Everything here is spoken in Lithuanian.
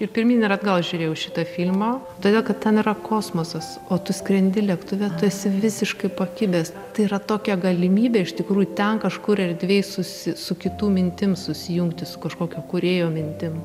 ir pirmyn ir atgal žiūrėjau šitą filmą todėl kad ten yra kosmosas o tu skrendi lėktuve tu esi visiškai pakibęs tai yra tokia galimybė iš tikrųjų ten kažkur erdvėj susi su kitų mintim susijungti su kažkokio kūrėjo mintim